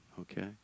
Okay